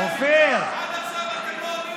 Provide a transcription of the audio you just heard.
עד עכשיו אתם לא עונים לי,